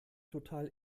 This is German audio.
total